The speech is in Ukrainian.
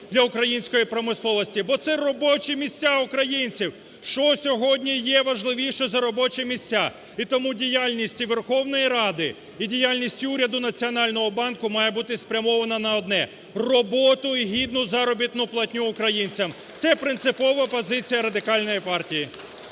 для української промисловості, бо це робочі місця українців. Що сьогодні є важливіше за робочі місця? І тому і діяльність і Верховної Ради, і діяльність уряду й Національного банку має бути спрямована на одне – роботу і гідну заробітну платню українцям. Це принципова позиція Радикальної партії.